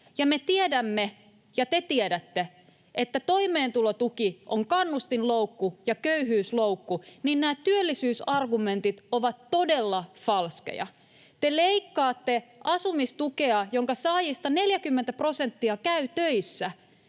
me tiedämme ja te tiedätte, että toimeentulotuki on kannustinloukku ja köyhyysloukku, niin nämä työllisyysargumentit ovat todella falskeja. Te leikkaatte asumistukea, jonka saajista 40 prosenttia käy töissä,